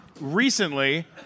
recently